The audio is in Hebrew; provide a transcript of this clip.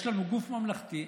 יש לנו גוף ממלכתי.